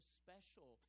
special